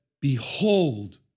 behold